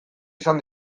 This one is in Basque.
izan